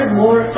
more